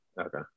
Okay